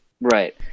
right